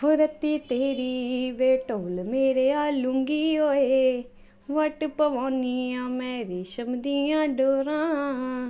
ਓ ਰੱਤੀ ਤੇਰੀ ਵੇ ਢੋਲ ਮੇਰਿਆ ਲੂੰਗੀ ਓਏ ਵੱਟ ਪਵਾਉਂਦੀ ਆ ਮੈਂ ਰੇਸ਼ਮ ਦੀਆਂ ਡੋਰਾਂ